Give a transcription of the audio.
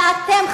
ואתם,